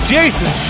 Jason